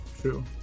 true